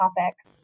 topics